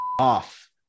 Off